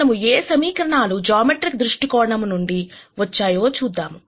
మనము ఏ సమీకరణాలు జామెట్రిక్ దృష్టి కోణం నుండి వచ్చాయో చూద్దాము